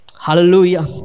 hallelujah